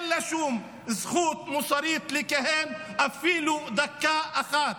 אין לה שום זכות מוסרית לכהן אפילו דקה אחת,